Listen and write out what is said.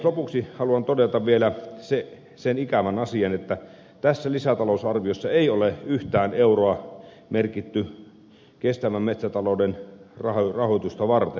lopuksi haluan todeta vielä sen ikävän asian että tässä lisätalousarviossa ei ole yhtään euroa merkitty kestävän metsäta louden rahoitusta varten